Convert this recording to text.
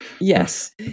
Yes